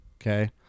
Okay